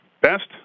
best